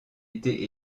été